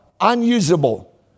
unusable